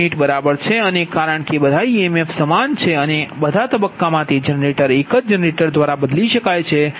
u બરાબર છે અને કારણ કે બધા ઇએમએફ સમાન છે અને બધા તબક્કામાં તે જનરેટર એક જ જનરેટર દ્વારા બદલી શકાય છે બરાબર